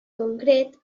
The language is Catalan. concret